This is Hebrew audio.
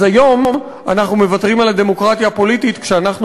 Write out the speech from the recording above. אז היום אנחנו מוותרים על הדמוקרטיה הפוליטית כשאנחנו